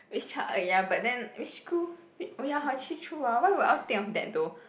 which child ah ya but then which school oh ya hor actually true ah why would I think of that though